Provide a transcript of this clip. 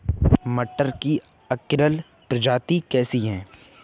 मटर की अर्किल प्रजाति कैसी है?